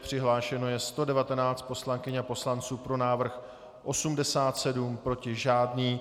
Přihlášeno je 119 poslankyň a poslanců, pro návrh 87, proti žádný.